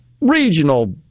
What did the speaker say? regional